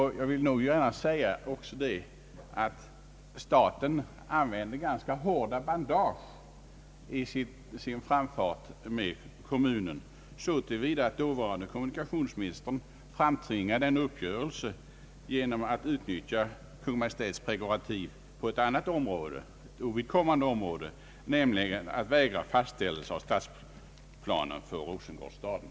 Staten har använt ganska hårda bandage i sin framfart med kommunen så till vida, att dåvarande kommunikationsministern framtvingade en uppgörelse genom att utnyttja Kungl. Maj:ts prerogativ på ett annat ovidkommande område, nämligen att vägra fastställelse av stadsplanen för Rosengårdsstaden.